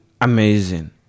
amazing